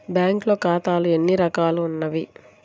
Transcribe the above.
బ్యాంక్లో ఖాతాలు ఎన్ని రకాలు ఉన్నావి?